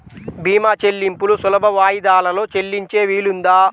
భీమా చెల్లింపులు సులభ వాయిదాలలో చెల్లించే వీలుందా?